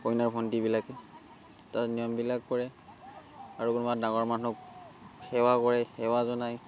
কইনাৰ ভন্টিবিলাকে তাত নিয়মবিলাক কৰে আৰু কোনোবা ডাঙৰ মানুহক সেৱা কৰে সেৱা জনায়